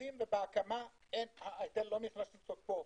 בחיפושים ובהקמה ההיטל לא נכנס לתוקפו,